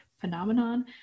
phenomenon